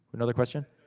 another question?